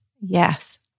Yes